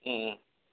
ও